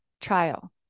trial